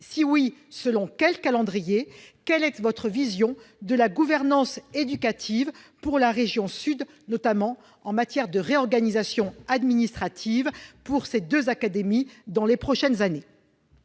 Si oui, selon quel calendrier ? Quelle est votre vision de la gouvernance éducative pour la région Sud, notamment en matière de réorganisation administrative pour ces deux académies dans les prochaines années ?